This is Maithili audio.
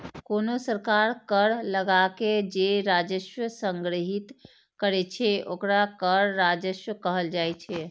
कोनो सरकार कर लगाके जे राजस्व संग्रहीत करै छै, ओकरा कर राजस्व कहल जाइ छै